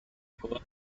poor